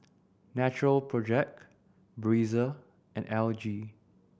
Natural Project Breezer and L G